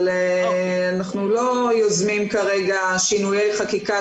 אבל אנחנו לא יוזמים כרגע שינוי חקיקה